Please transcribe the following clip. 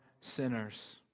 sinners